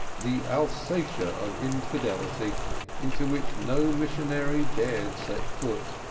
the alsatia of infidelity into which no missionary dared set foot,